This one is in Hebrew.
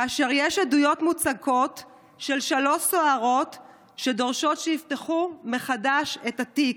כאשר יש עדויות מוצקות של שלוש סוהרות שדורשות שיפתחו מחדש את התיק?